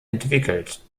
entwickelt